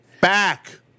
back